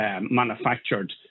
manufactured